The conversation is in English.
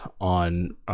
on